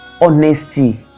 honesty